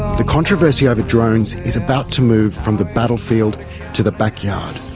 the controversy over drones is about to move from the battlefield to the backyard.